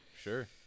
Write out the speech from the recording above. Sure